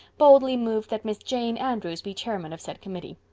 boldly moved that miss jane andrews be chairman of said committee.